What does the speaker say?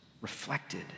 reflected